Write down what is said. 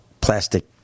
plastic